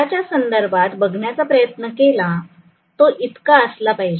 च्या संदर्भात बघण्याचा प्रयत्न केला तो इतका असला पाहिजे